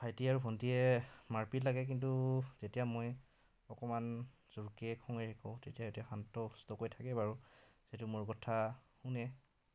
ভাইটি আৰু ভণ্টীয়ে মাৰপিট লাগে কিন্তু যেতিয়া মই অকণমান জোৰকৈ খঙেৰে কওঁ তেতিয়া সিহঁতি শান্ত শিষ্টকৈ থাকে বাৰু যিহেতু মোৰ কথা শুনে